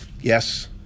Yes